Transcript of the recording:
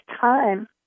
time